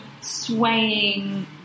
swaying